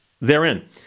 therein